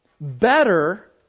better